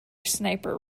sniper